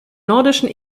nordischen